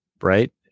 Right